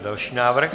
Další návrh.